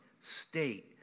state